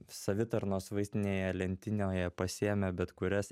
savitarnos vaistinėje lentynoje pasiėmę bet kurias